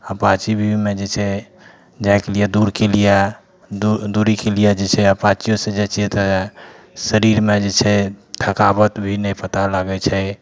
Apache भी मे जे छै जाइके लिए दूरके लिए दूरीके लिए जे छै अपाचिओसे जाइ छिए तऽ शरीरमे जे छै थकावट भी नहि पता लागै छै